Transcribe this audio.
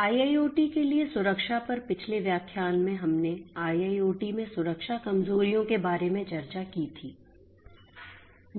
IIoT के लिए सुरक्षा पर पिछले व्याख्यान में हमने IIoT में सुरक्षा कमजोरियों के बारे में चर्चा की थी